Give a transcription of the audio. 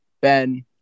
Ben